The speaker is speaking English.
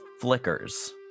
flickers